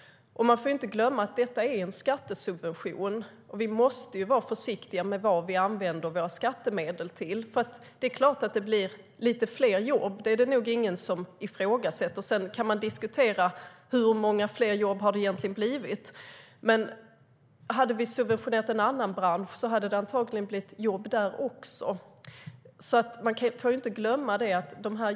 Man får inte glömma att detta är en skattesubvention. Vi måste vara försiktiga med vad vi använder våra skattemedel till. Hade vi subventionerat en annan bransch hade det antagligen blivit jobb där också.